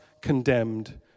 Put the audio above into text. condemned